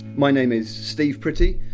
my name is steve pretty.